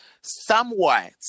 somewhat